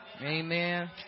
Amen